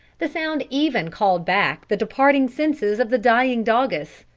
the sound even called back the departing senses of the dying doggess.